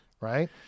Right